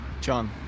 John